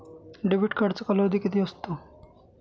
Debit कार्डचा कालावधी किती असतो?